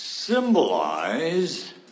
Symbolize